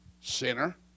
Sinner